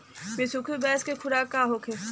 बिसुखी भैंस के खुराक का होखे?